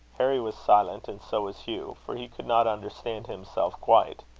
harry was silent, and so was hugh for he could not understand himself quite.